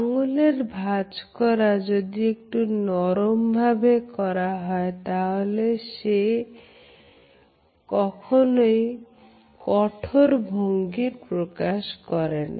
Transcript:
আঙ্গুলের ভাঁজ করা যদি একটু নরম ভাবে করা হয় তাহলে তা কখনোই কঠোর ভঙ্গির প্রকাশ করে না